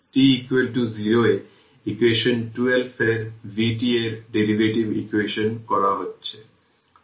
t 0 এ equation 12 এর vt এর ডেরিভেটিভ ইভ্যালুয়েশন করা হচ্ছে